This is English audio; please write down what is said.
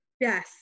Yes